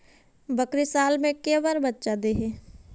बकरी साल मे के बार बच्चा दे है?